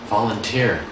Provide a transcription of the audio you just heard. Volunteer